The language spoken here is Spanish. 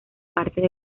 partes